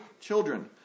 children